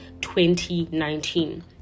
2019